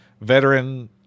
veteran